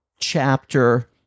Chapter